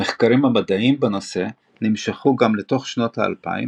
המחקרים המדעיים בנושא נמשכו גם לתוך שנות האלפיים